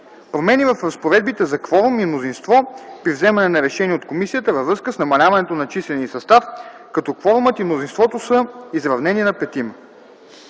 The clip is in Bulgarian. промени в разпоредбите за кворум и мнозинство при вземане на решения от комисията във връзка с намаляването на числения й състав, като кворумът и мнозинството са изравнени на петима.